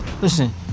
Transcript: Listen